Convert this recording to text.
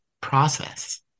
process